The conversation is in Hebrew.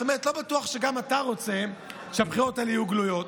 זאת אומרת לא בטוח שגם אתה רוצה שהבחירות האלה יהיו גלויות.